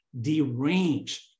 deranged